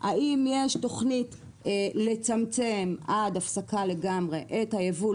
האם יש תוכנית לצמצם עד הפסקה לגמרי את הייבוא,